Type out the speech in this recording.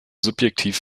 subjektiv